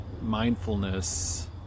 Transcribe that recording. mindfulness